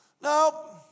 no